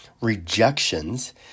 rejections